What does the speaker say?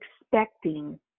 expecting